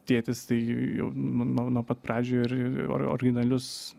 tėtis tai jau nuo nuo pat pradžių ir or originalius